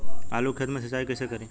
आलू के खेत मे सिचाई कइसे करीं?